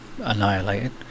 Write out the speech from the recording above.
annihilated